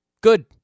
good